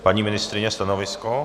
Paní ministryně, stanovisko?